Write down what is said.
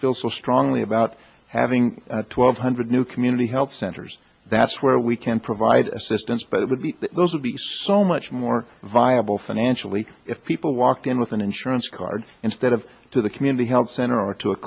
still so strongly about having twelve hundred new community health centers that's where we can provide assistance but it would be those would be so much more viable financially if people walked in with an insurance card instead of to the community health center or to a